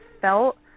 felt